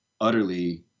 utterly